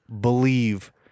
believe